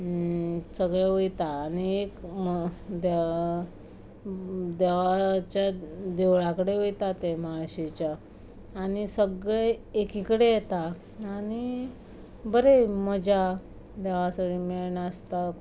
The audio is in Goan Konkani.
सगळे वयता आनी एक दे देवाच्या देवळा कडेन वयता ते म्हाळशेच्या आनी सगळे एकी कडेन येता आनी बरें मजा देवा सरीं मेळ नाचता